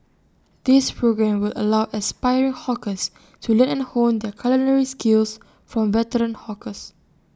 this programme will allow aspiring hawkers to learn and hone their culinary skills from veteran hawkers